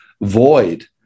void